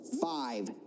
Five